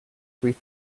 three